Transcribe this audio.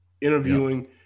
interviewing